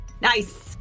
nice